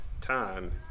time